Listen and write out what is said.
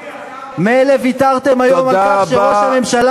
מילא ויתרתם היום על כך שראש הממשלה